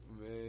Man